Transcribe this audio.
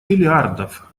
миллиардов